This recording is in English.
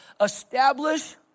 establish